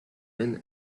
been